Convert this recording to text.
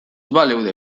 baleude